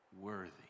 Worthy